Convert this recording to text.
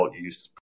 use